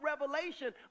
revelation